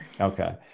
Okay